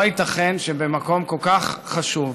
לא ייתכן שבמקום כל כך חשוב,